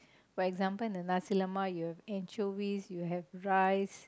for example in the nasi-lemak you have anchovies you have rice